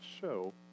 show